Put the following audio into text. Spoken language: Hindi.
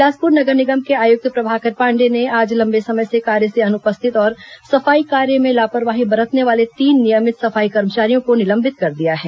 बिलासपुर नगर निगम के आयुक्त प्रभाकर पांडे ने आज लम्बे समय से कार्य से अनुपस्थित और सफाई कार्य में लापरवाही बरतने वाले तीन नियमित सफाई कर्मचारियों को निलंबित कर दिया है